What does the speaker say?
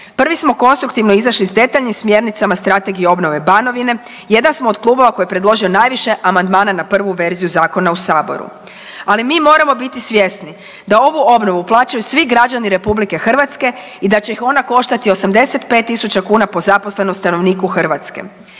Prvi smo konstruktivno izašli s detaljnim smjernicama strategije obnove Banovine, jedan smo od klubova koji je predložio najviše amandmana na prvu verziju zakona u saboru, ali mi moramo biti svjesni da ovu obnovu plaćaju svi građani RH i da će ih ona koštati 85.000 kuna po zaposlenom stanovniku Hrvatske.